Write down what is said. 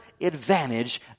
advantage